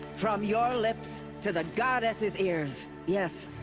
from your lips. to the goddess's ears. yes.